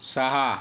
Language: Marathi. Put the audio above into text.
सहा